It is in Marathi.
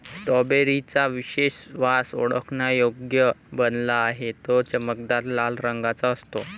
स्ट्रॉबेरी चा विशेष वास ओळखण्यायोग्य बनला आहे, तो चमकदार लाल रंगाचा असतो